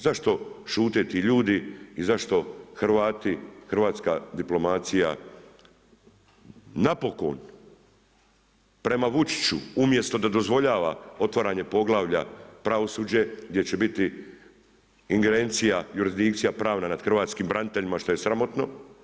Zašto šutjeti ljudi i zašto Hrvati, hrvatska diplomacija, napokon, prema Vučiću umjesto da dozvoljava otvaranje poglavalja, pravosuđe gdje će biti ingerencija, jurisdikcija pravna nad hrvatskim branitelja što je sramotno.